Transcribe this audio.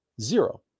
Zero